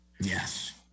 Yes